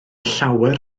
llawer